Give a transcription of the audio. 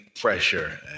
pressure